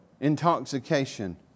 intoxication